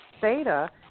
theta